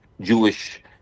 Jewish